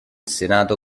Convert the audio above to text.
senato